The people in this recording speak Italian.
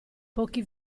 pochi